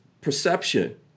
perception